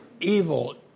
evil